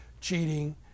Cheating